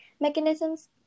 mechanisms